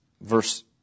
verse